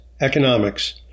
economics